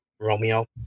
Romeo